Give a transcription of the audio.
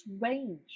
range